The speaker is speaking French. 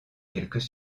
quelques